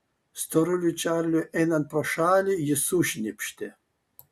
storuliui čarliui einant pro šalį jis sušnypštė